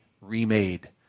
remade